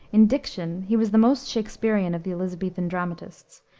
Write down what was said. in diction he was the most shaksperian of the elisabethan dramatists,